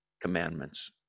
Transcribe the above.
commandments